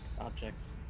objects